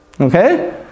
Okay